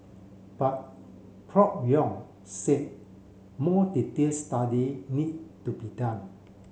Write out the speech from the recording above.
but Prof Yong said more detailed study need to be done